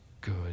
good